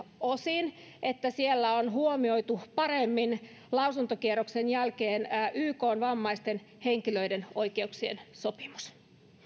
osin että siellä on huomioitu paremmin lausuntokierroksen jälkeen ykn vammaisten henkilöiden oikeuksien sopimus